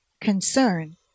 concern